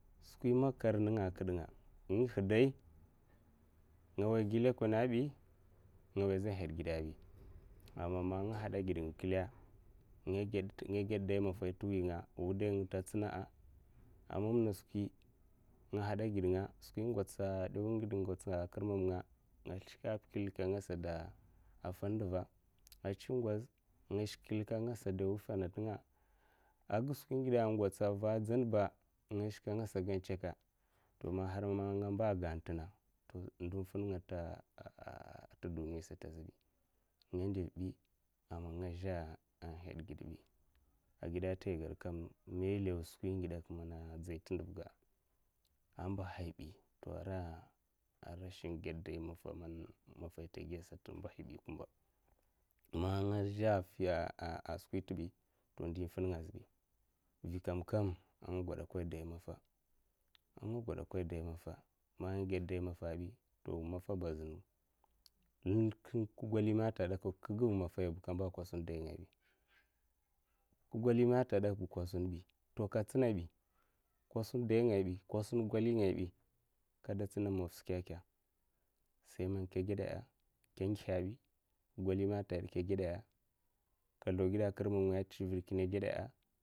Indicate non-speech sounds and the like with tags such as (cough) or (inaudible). Skwi makar ninga a kid nga ingibdai nga wai gi lukole abi ngawai zahadgidabi a mam man nga hadagid klik nga ged dai maffai tuwinga wudaing tatsina a mamna skwi nga hada gidnga skwi ingwatsa kar mamnga nga shika'a pa klika angasa fanndiva a tsi ngar a ngasa wufa ana tinga'a, a gaskwi man ngatsa man vadzanba angasa gan tsaka a man har man ngamba gan tsaka a man har man ngamba gan tina ndo fin nga ta (hesitation) duniya sata zhubi nga ndivbi a man nga zhu a hadgidbi a igidata aigedkam ndun finnga ta duniya saya zhibi nga ndivbi amamma ngazhe a had gibdi a gidat iged kam man ilawa skwi ngidekka man dzai tinavga a mbahaibi to ara sim nged dai maffai tagiya'a, sata a mbahaibi kumba ma nga zha a fia, skwitsi to ndur tin nga a zhubi vikamkama nga gudakoya dai maffa a nga gudakoya dai maffa man nga gud dai maffabi maffaba a zan ndun ka golime ata gedaka ka gev maffaiba kamba sun daingabi ka golime ata gudakaba ka sun bi kasun daingaibi ka sun goli ngai bi, kagolime atagedaka ka sunbi toka tsinabi kasun daingaibi ka sun goli ngaibi kada tsina mim mattsa keka sai man kageda'a, ka ngida'abi ka golime a tagudaksa kaguda'a.